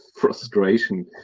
frustration